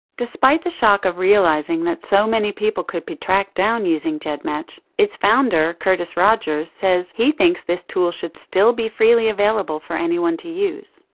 despite the shock of realising that so many people could be tracked down using gedmatch, its founder curtis rogers says he thinks this tool should still be freely available for anyone to use.